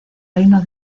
reino